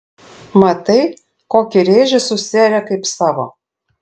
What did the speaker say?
matai kokį rėžį susiarė kaip savo